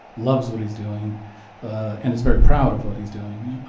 loves what he's doing, and is very proud of what he's doing.